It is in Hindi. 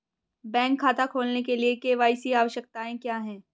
बैंक खाता खोलने के लिए के.वाई.सी आवश्यकताएं क्या हैं?